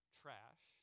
trash